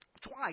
twice